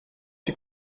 die